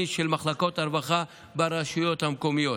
של מחלקות הרווחה ברשויות המקומיות.